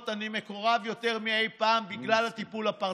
אני מקורב יותר מאי פעם בגלל הטיפול הפרטני,